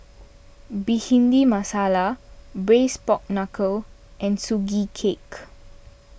Bhindi Masala Braised Pork Knuckle and Sugee Cake